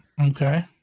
Okay